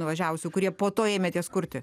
nuvažiavusių kurie po to ėmėtės kurti